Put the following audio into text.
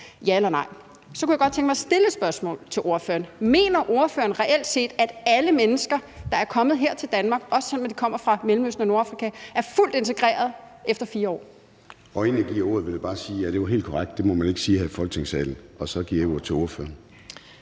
ja eller nej. Så kunne jeg godt tænke mig at stille et spørgsmål til ordføreren: Mener ordføreren reelt set, at alle mennesker, der er kommet her til Danmark, også selv om de kommer fra Mellemøsten og Nordafrika, er fuldt integreret efter 4 år? Kl. 10:32 Formanden (Søren Gade): Inden jeg giver ordet til ordføreren, vil jeg bare sige, at det er helt korrekt: Det må man ikke sige her i Folketingssalen. Så giver jeg ordet til ordføreren.